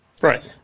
Right